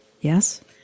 yes